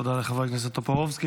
תודה לחבר הכנסת טופורובסקי.